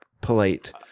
polite